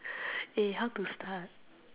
eh how to start